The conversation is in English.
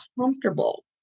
comfortable